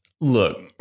look